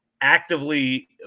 actively